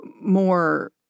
more